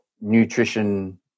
nutrition